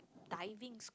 divings